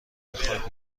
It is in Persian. خاک